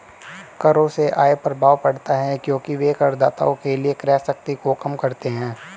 करों से आय प्रभाव पड़ता है क्योंकि वे करदाताओं के लिए क्रय शक्ति को कम करते हैं